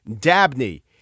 Dabney